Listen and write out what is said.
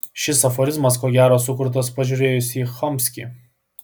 šis aforizmas ko gero sukurtas pažiūrėjus į chomskį